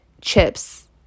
chips